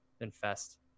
infest